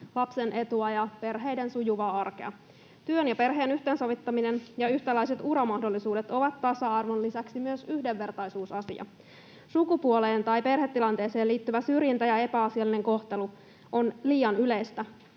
lapsen etua ja perheiden sujuvaa arkea. Työn ja perheen yhteensovittaminen ja yhtäläiset uramahdollisuudet ovat tasa-arvon lisäksi myös yhdenvertaisuusasia. Sukupuoleen tai perhetilanteeseen liittyvä syrjintä ja epäasiallinen kohtelu on liian yleistä.